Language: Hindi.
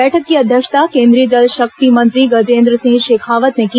बैठक की अध्यक्षता केन्द्रीय जल शक्ति मंत्री गजेन्द्रसिंह शेखावत ने की